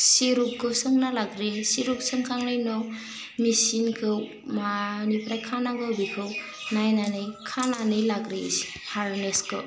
सिरुपखौ सोंना लाग्रोयो सिरुप सोंखांनायनि उनाव मिचिनखौ मानिफ्राय खानाङो बेखौ नायनानै खानानै लाग्रोयो पारनेसखौ